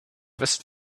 west